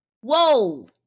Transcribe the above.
whoa